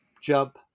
jump